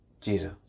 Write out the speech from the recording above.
Jesus